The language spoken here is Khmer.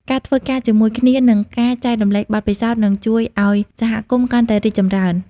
ការធ្វើការជាមួយគ្នានិងការចែករំលែកបទពិសោធន៍នឹងជួយឲ្យសហគមន៍កាន់តែរីកចម្រើន។